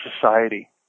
society